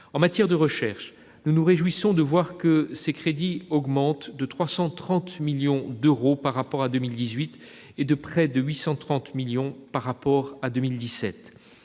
En matière de recherche, nous nous réjouissons que ses crédits augmentent de 330 millions d'euros par rapport à 2018, et de près de 830 millions par rapport à 2017.